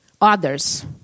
others